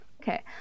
okay